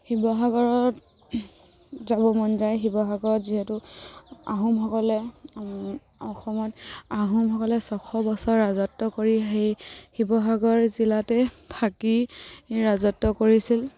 শিৱসাগৰত যাব মন যায় শিৱসাগৰত যিহেতু আহোমসকলে অসমত আহোমসকলে ছশ বছৰ ৰাজত্ব কৰি সেই শিৱসাগৰ জিলাতে থাকি ৰাজত্ব কৰিছিল